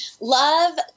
Love